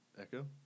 Echo